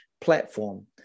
platform